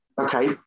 Okay